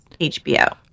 HBO